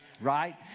Right